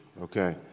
Okay